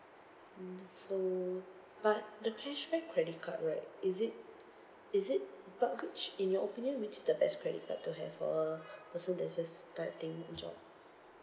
mm so but the cashback credit card right is it is it but which in your opinion which is the best credit card to have for a person that's just starting a job